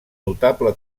notable